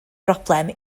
broblem